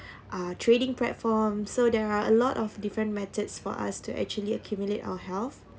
uh trading platform so there are a lot of different methods for us to actually accumulate our health